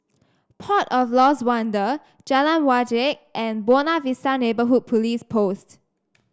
port of Lost Wonder Jalan Wajek and Buona Vista Neighbourhood Police Post